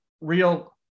real